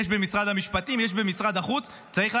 יש במשרד המשפטים, יש במשרד החוץ.